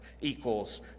equals